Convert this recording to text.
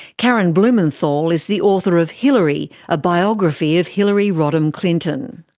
karen blumenthal is the author of hillary a biography of hillary rodham clinton.